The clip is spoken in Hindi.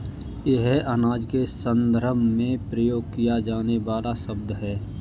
यह अनाज के संदर्भ में प्रयोग किया जाने वाला शब्द है